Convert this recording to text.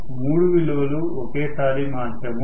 మనము మూడు విలువలు ఒకేసారి మార్చము